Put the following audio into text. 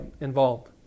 involved